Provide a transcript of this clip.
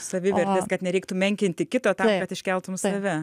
savivertės kad nereiktų menkinti kito tam kad iškeltum save